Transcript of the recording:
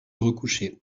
recoucher